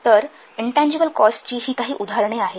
तर इनटँजिबल कॉस्टची ही काही उदाहरणे आहेत